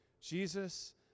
Jesus